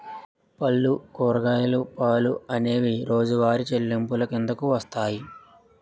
పళ్ళు కూరగాయలు పాలు అనేవి రోజువారి చెల్లింపులు కిందకు వస్తాయి